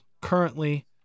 currently